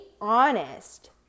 honest